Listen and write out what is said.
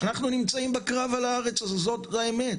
אנחנו נמצאים בקרב על הארץ, זו האמת.